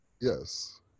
Yes